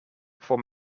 voor